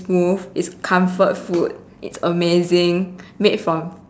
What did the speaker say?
smooth it's comfort food it's amazing made from